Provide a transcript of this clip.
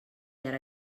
ara